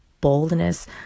boldness